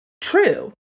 true